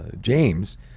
James